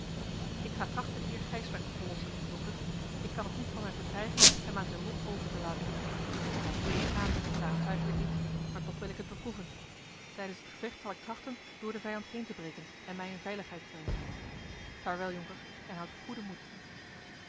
ik ga trachten heer gijsbrecht te verlossen jonker ik kan het niet van mij verkrijgen hem aan zijn lot over te laten t zal wel moeilijk gaan daaraan twijfel ik niet maar toch wil ik het beproeven tijdens het gevecht zal ik trachten door den vijand heen te breken en mij in veiligheid te brengen vaarwel jonker en houd goeden moed